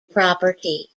property